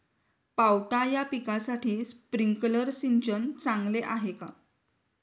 पावटा या पिकासाठी स्प्रिंकलर सिंचन चांगले आहे का?